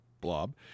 blob